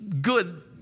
good